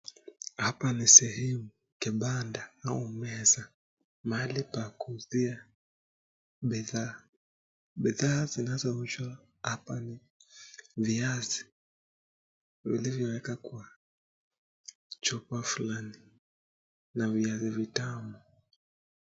Hapa ni sehemu, kibanda au meza. Mahali pa kuuzia bidhaa. bidhaa zinazouzwa hapa ni viazi vilivyowekwa kwa chupa fulani. Na viazi vitamu.